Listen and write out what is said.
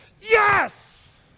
Yes